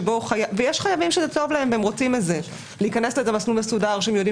ויש חייבים שזה טוב להם והם רוצים להיכנס למסלול מסודר שהם יודעים